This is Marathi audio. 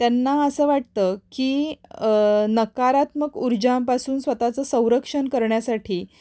त्यांना असं वाटतं की नकारात्मक ऊर्जांपासून स्वतःचं संरक्षण करण्यासाठी